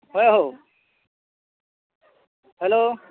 ହଏ ହୋ ହ୍ୟାଲୋ